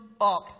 up